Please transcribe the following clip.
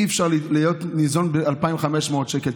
אי-אפשר להיות ניזון ב-2,500 שקל.